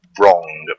wrong